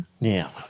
Now